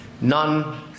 none